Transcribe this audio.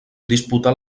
disputà